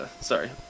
Sorry